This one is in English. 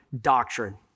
doctrine